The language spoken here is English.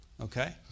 okay